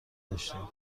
داشتیم